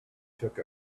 took